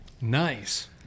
Nice